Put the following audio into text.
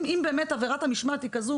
אם עבירת המשמעת היא כזו,